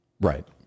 Right